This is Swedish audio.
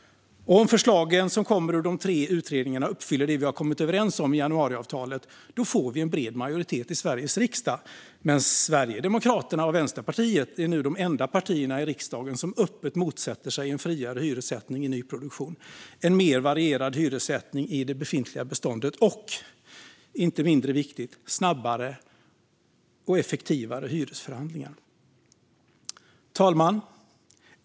Om förslagen som kommer ur de tre utredningarna uppfyller det vi kommit överens om i januariavtalet får vi en bred majoritet i Sveriges riksdag. Men Sverigedemokraterna och Vänsterpartiet är nu de enda partierna i riksdagen som öppet motsätter sig en friare hyressättning i nyproduktion, en mer varierad hyressättning i det befintliga beståndet och, vilket inte är mindre viktigt, snabbare och effektivare hyresförhandlingar. Fru talman!